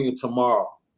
tomorrow